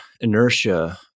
inertia